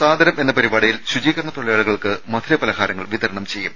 സാദരം എന്ന പരിപാടിയിൽ ശുചീകരണ തൊഴിലാളികൾക്ക് മധുര പലഹാരങ്ങൾ വിതരണം ചെയ്യും